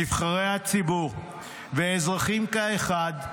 נבחרי הציבור ואזרחים כאחד,